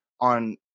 on